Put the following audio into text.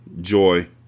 Joy